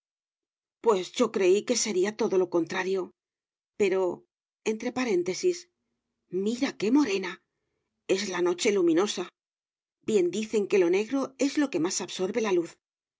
pues yo creí que sería todo lo contrario pero entre paréntesis mira qué morena es la noche luminosa bien dicen que lo negro es lo que más absorbe la luz